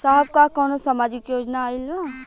साहब का कौनो सामाजिक योजना आईल बा?